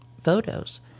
photos